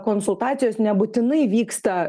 konsultacijos nebūtinai vyksta